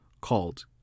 called